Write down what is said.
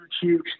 huge